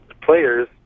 players